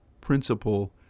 principle